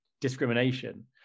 discrimination